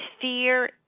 fear